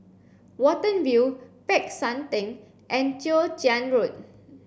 Watten View Peck San Theng and Chwee Chian Road